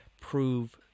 prove